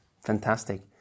Fantastic